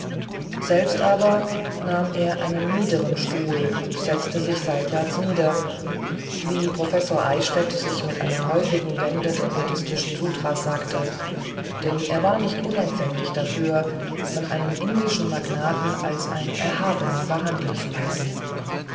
selbst aber nahm er einen niederen stuhl und setzte sich seitwärts nieder wie professor eichstädt sich mit einer häufigen wendung der buddhistischen sutras sagte denn er war nicht unempfänglich dafür von einem indischen magnaten als ein erhabener behandelt zu werden